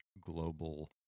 global